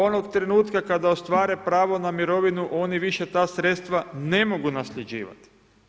Onoga trenutka kada ostvare pravo na mirovinu oni više ta sredstva ne mogu nasljeđivati.